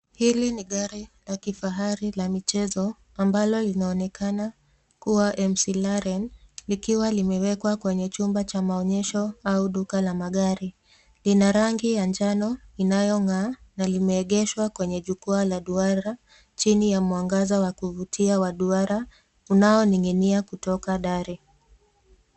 Hili ni gari la kifahari la michezo ambalo linaonekana kua McLaren likiwa limewekwa kwenye chumba cha maonyesho au duka la magari. Ina rangi ya njano inayong'aa na limeegeshwa kwenye jukwaa la duara chini ya mwangaza wa kuvutia wa duara unaoning'inia kutoka dari.